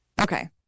okay